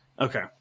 Okay